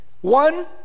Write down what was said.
one